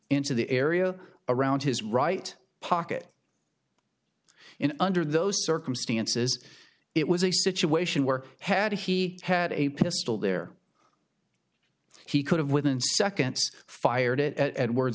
into the area around his right pocket in under those circumstances it was a situation where had he had a pistol there he could have within seconds fired